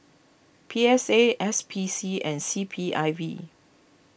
P S A S P C and C P I V